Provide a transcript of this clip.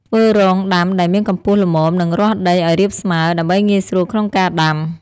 ធ្វើរងដាំដែលមានកម្ពស់ល្មម និងរាស់ដីឱ្យរាបស្មើ ដើម្បីងាយស្រួលក្នុងការដាំ។